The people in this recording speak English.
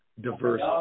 diverse